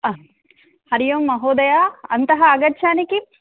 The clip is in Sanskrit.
आं हरिः ओं महोदया अन्तः आगच्छानि किं